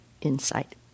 insight